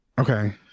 Okay